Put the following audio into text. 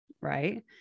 Right